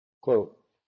Quote